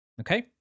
Okay